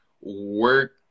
work